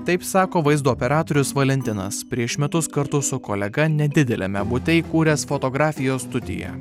taip sako vaizdo operatorius valentinas prieš metus kartu su kolega nedideliame bute įkūręs fotografijos studiją